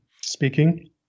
speaking